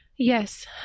Yes